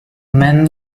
men